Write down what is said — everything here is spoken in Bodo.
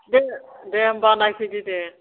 दे दे होमब्ला नायफैदो दे